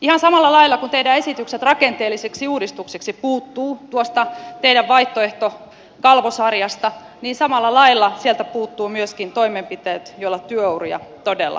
ihan samalla lailla kuin teidän esityksenne rakenteellisiksi uudistuksiksi puuttuvat tuosta teidän vaihtoehtokalvosarjastanne samalla lailla sieltä puuttuvat myöskin toimenpiteet joilla työuria todella pidennetään